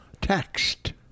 Text